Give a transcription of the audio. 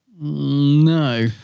no